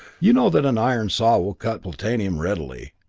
you know that an iron saw will cut platinum readily,